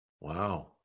Wow